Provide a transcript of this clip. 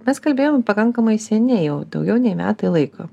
mes kalbėjom pakankamai seniai jau daugiau nei metai laiko